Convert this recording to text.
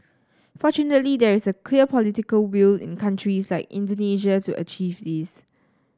fortunately there is clear political will in countries like Indonesia to achieve this